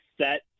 set